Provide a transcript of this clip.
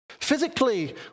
Physically